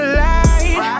light